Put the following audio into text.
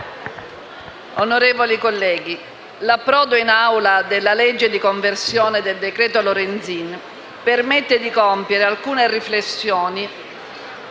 onorevoli colleghi, l'approdo in Aula della legge di conversione del decreto Lorenzin permette di compiere alcune riflessioni